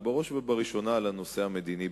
ובראש ובראשונה על הנושא המדיני-הביטחוני.